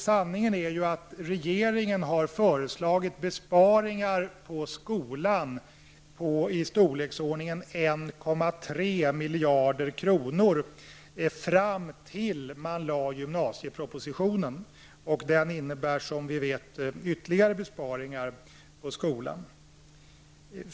Sanningen är att regeringen tidigare har föreslagit besparingar på skolan i storleksordningen 1,3 miljarder kronor fram till dess att gymnasiepropositionen lades. Den propositionen innebar, som vi vet, ytterligare besparingar på skolan.